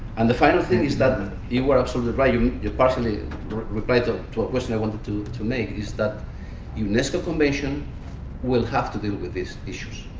and the final thing is that you were absolutely right. you you partially ah replied but to a question i wanted to to make is that unesco convention will have to deal with these issues.